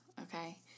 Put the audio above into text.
okay